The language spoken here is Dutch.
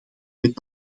met